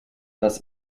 das